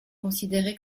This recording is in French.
considéré